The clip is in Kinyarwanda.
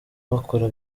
bakora